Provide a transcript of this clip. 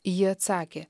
ji atsakė